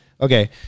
Okay